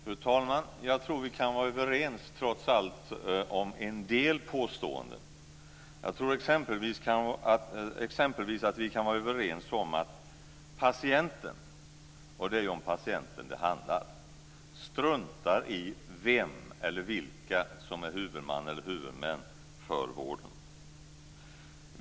Fru talman! Jag tror att vi trots allt kan vara överens om en del påståenden. Jag tror exempelvis att vi kan vara överens om att patienten - och det är patienten som det handlar om - struntar i vilka som är huvudmän för vården.